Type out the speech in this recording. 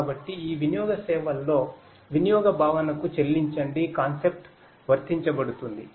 కాబట్టి ఈ వినియోగ సేవల్లో వినియోగ భావనకు చెల్లించండి కాన్సెప్ట్ వర్తించబడుతుంది